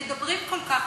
אני מסכים.